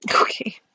Okay